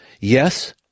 Yes